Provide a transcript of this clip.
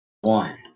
One